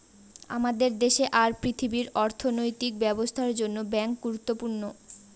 আমাদের দেশে আর পৃথিবীর অর্থনৈতিক ব্যবস্থার জন্য ব্যাঙ্ক গুরুত্বপূর্ণ